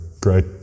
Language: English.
great